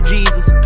Jesus